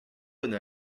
bonne